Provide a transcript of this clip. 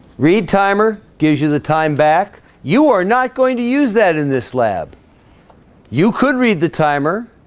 read timer gives you the time back you are not going to use that in this lab you could read the timer,